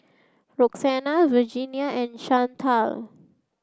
Roxana Virginia and Chantal